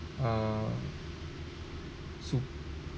uh su~